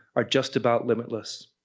are just about limitless.